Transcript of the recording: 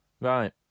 Right